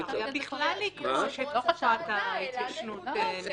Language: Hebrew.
לא חשבתי עליה קודם.